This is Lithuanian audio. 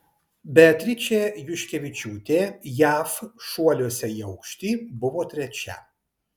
beatričė juškevičiūtė jav šuoliuose į aukštį buvo trečia